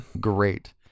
Great